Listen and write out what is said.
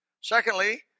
Secondly